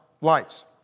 lights